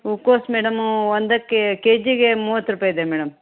ಹೂಕೋಸು ಮೇಡಮು ಒಂದಕ್ಕೆ ಕೆ ಜಿಗೆ ಮೂವತ್ತು ರೂಪಾಯಿ ಇದೆ ಮೇಡಮ್